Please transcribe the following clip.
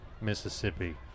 Mississippi